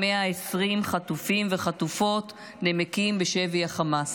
120 חטופים וחטופות נמקים בשבי החמאס.